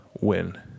win